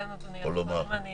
אדוני, אני